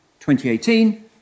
2018